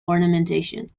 ornamentation